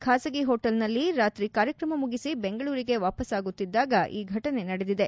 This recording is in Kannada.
ಖಾಸಗಿ ಹೋಟೆಲ್ನಲ್ಲಿ ರಾತ್ರಿ ಕಾರ್ಯಕ್ರಮ ಮುಗಿಸಿ ಬೆಂಗಳೂರಿಗೆ ವಾಪಾಸ್ತಾಗುತ್ತಿದ್ದಾಗ ಈ ಘಟನೆ ನಡೆದಿದೆ